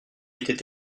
était